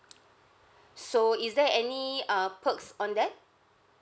so is there any uh perks on that